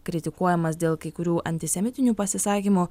kritikuojamas dėl kai kurių antisemitinių pasisakymų